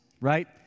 right